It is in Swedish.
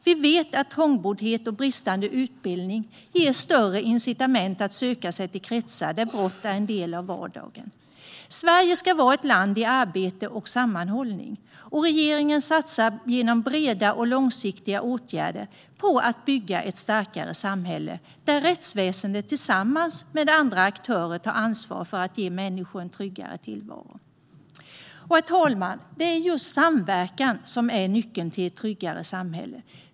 Vi vet att trångboddhet och bristande utbildning ger större incitament att söka sig till kretsar där brott är en del av vardagen. Sverige ska vara ett land i arbete och sammanhållning. Regeringen satsar genom breda och långsiktiga åtgärder på att bygga ett starkare samhälle, där rättsväsendet tillsammans med andra aktörer tar ansvar för att ge människor en tryggare tillvaro. Herr talman! Det är just samverkan som är nyckeln till ett tryggare samhälle.